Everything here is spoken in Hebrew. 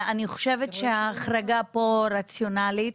אני חושבת שההחרגה פה רציונלית,